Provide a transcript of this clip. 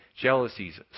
jealousies